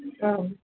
औ